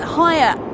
higher